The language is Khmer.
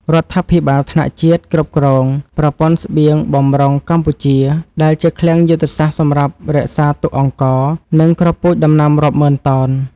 រដ្ឋាភិបាលថ្នាក់ជាតិគ្រប់គ្រង ប្រព័ន្ធស្បៀងបម្រុងកម្ពុជា ដែលជាឃ្លាំងយុទ្ធសាស្ត្រសម្រាប់រក្សាទុកអង្ករ និងគ្រាប់ពូជដំណាំរាប់ម៉ឺនតោន។